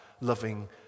loving